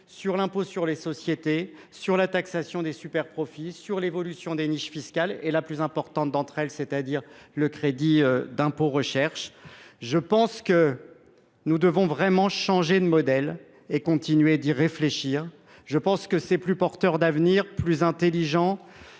sur l’impôt sur les sociétés, sur la taxation des superprofits, sur l’évolution des niches fiscales, notamment sur la plus importante d’entre elles, c’est à dire le crédit d’impôt recherche. Je pense que nous devons vraiment changer de modèle. Continuons d’y réfléchir : une telle démarche est plus porteuse d’avenir, plus intelligente